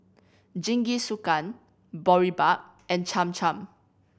Jingisukan Boribap and Cham Cham